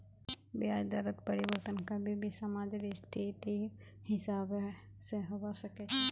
ब्याज दरत परिवर्तन कभी भी समाजेर स्थितिर हिसाब से होबा सके छे